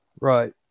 Right